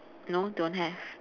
no don't have